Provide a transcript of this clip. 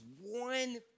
one